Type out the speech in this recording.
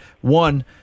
One